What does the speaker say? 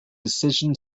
decision